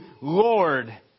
Lord